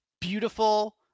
beautiful